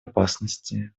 опасностей